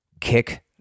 kick